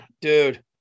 dude